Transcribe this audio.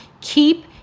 keep